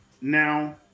now